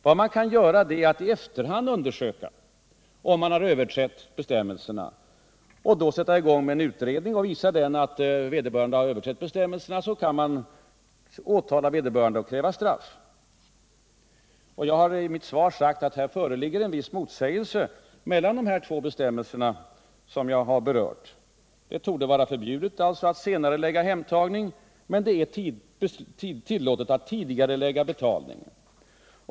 Vad man kan göra är att i efterhand undersöka om någon överträtt bestämmelserna och då sätta i gång med en utredning. Visar denna att vederbörande överträtt bestämmelserna, kan man väcka åtal och kräva straff. Jag har i mitt svar sagt att det föreligger en viss motsägelse mellan de två bestämmelser jag här berört. Det torde alltså vara förbjudet att senarelägga hemtagning av valuta men tillåtet att tidigarelägga betalning.